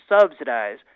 subsidize